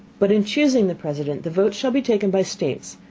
but in chusing the president, the votes shall be taken by states,